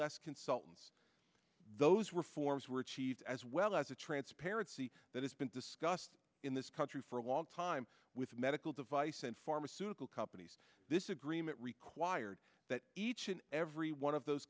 less consultants those reforms were achieved as well as a transparency that has been discussed in this country for a long time with medical device and pharmaceutical companies this agreement required that each and every one of those